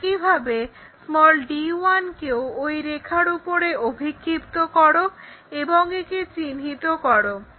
একইভাবে d1 কেও ওই রেখার উপরে অভিক্ষিপ্ত করো এবং একে চিহ্নিত করো